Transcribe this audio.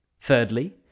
Thirdly